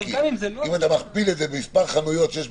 אני אגיד משהו כללי, לא לשם הוויכוח, אלא